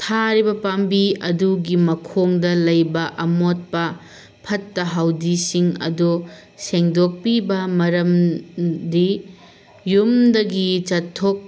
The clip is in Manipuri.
ꯊꯥꯔꯤꯕ ꯄꯥꯝꯕꯤ ꯑꯗꯨꯒꯤ ꯃꯈꯣꯡꯗ ꯂꯩꯕ ꯑꯃꯣꯠꯄꯥ ꯐꯠꯇ ꯍꯧꯗꯤꯁꯤꯡ ꯑꯗꯣ ꯁꯦꯡꯗꯣꯛꯄꯤꯕ ꯃꯔꯝꯗꯤ ꯌꯨꯝꯗꯒꯤ ꯆꯠꯊꯣꯛ